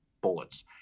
bullets